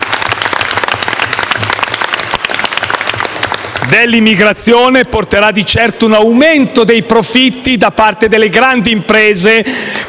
dell'immigrazione porterà di certo ad un aumento dei profitti da parte delle grandi imprese